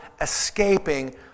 escaping